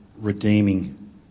redeeming